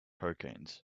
hurricanes